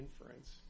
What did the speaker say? inference